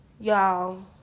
y'all